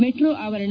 metro ಆವರಣ